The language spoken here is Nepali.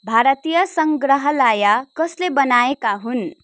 भारतीय सङ्ग्रहालय कसले बनाएका हुन्